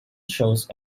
shows